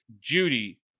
Judy